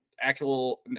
actual